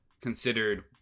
considered